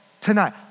tonight